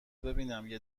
ببینم، یه